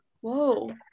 Whoa